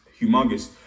humongous